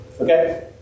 Okay